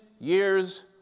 years